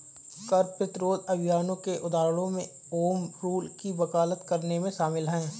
कर प्रतिरोध अभियानों के उदाहरणों में होम रूल की वकालत करने वाले शामिल हैं